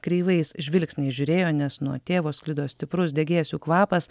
kreivais žvilgsniais žiūrėjo nes nuo tėvo sklido stiprus degėsių kvapas